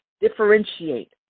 differentiate